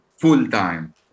Full-time